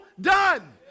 done